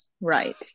right